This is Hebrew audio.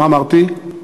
מה אמרתי?